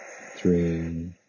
three